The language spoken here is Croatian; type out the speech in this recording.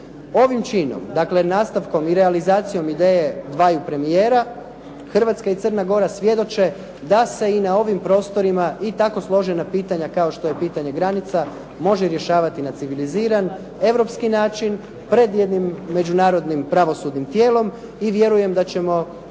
Ovim činom, dakle nastavkom i realizacijom ideje dvaju premijera, Hrvatska i Crna Gora svjedoče da se i na ovim prostorima i tako složena pitanja kao što je pitanje granica može rješavati na civiliziran, europski način pred jednim međunarodnim pravosudnim tijelom i vjerujem da ćemo